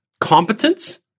competence